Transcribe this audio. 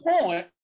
point